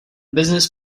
business